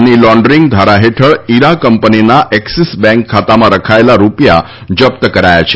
money laundering ધારા હેઠળ ઇરા કંપનીના એક્સીસ બેન્ક ખાતામાં રખાયેલા રૂપિયા જપ્ત કરાયા છે